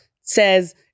says